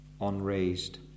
unraised